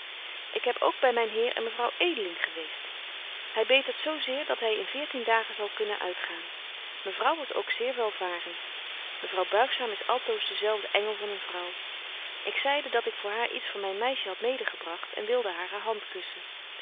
ik heb ook by myn heer en mevrouw edeling geweest hy betert zo zeer dat hy in veertien dagen zal kunnen uitgaan mevrouw was ook zeer welvarent mevrouw buigzaam is altoos dezelfde engel van een vrouw ik zeide dat ik voor haar iets van myn meisje had mede gebragt en wilde hare hand kusschen